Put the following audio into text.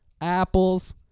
apples